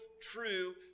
true